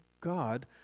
God